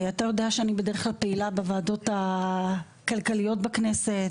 אתה יודע שאני בדרך כלל פעילה בוועדות הכלכליות בכנסת,